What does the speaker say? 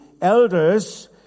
elders